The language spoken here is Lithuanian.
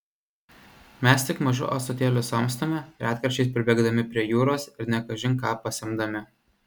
mes tik mažu ąsotėliu samstome retkarčiais pribėgdami prie jūros ir ne kažin ką pasemdami